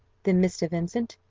then, mr. vincent,